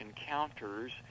encounters